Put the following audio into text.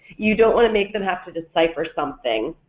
you don't want to make them have to decipher something.